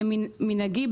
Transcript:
כמנהגי,